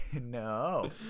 No